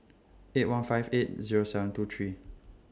eight one five eight Zero seven two three